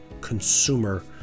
consumer